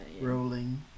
rolling